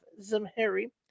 Zemheri